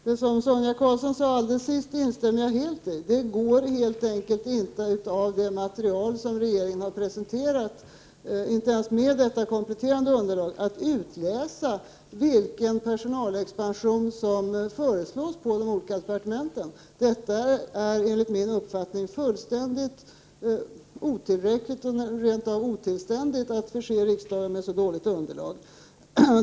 Herr talman! Det som Sonia Karlsson sade sist instämmer jag helt i. Det går helt enkelt inte att av det material som regeringen har presenterat — inte ens med det kompletterande underlaget — utläsa vilken personalexpansion som föreslås på de olika departementen. Det är enligt min uppfattning otillräckligt, ja, rent av otillständigt att förse riksdagen med så dåligt underlag.